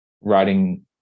writing